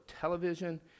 television